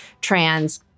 trans